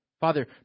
Father